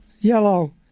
yellow